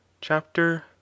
Chapter